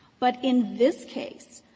but in this case,